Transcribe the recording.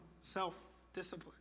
self-discipline